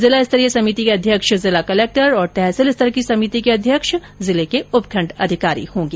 जिला स्तरीय समिति के अध्यक्ष जिला कलेक्टर और तहसील स्तर की समिति के अध्यक्ष जिले के उपखण्ड अधिकारी होंगे